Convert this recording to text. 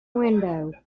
window